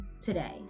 today